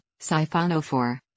Siphonophore